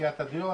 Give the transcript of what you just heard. בתעשיית הדיו,